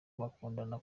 bakundaga